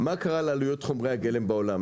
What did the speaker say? מה קרה לעלויות חומרי הגלם בעולם.